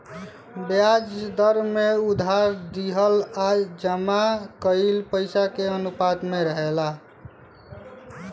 ब्याज दर में उधार दिहल आ जमा कईल पइसा के अनुपात में रहेला